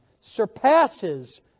surpasses